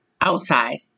outside